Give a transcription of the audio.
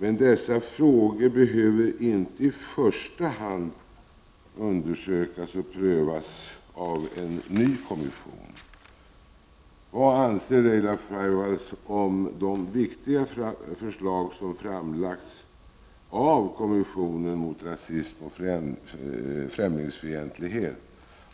Men dessa frågor behöver inte i första hand undersökas och prövas av en ny kommission. Vad anser Laila Freivalds om de viktiga förslag som framlagts av kommissionen mot rasism och främlingsfientlighet,